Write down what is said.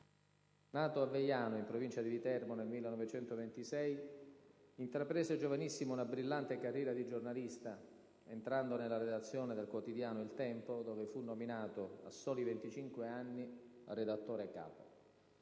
Nato a Vejano, in provincia di Viterbo, nel 1926, intraprese giovanissimo una brillante carriera di giornalista, entrando nella redazione del quotidiano «Il Tempo», dove fu nominato, a soli 25 anni, redattore capo.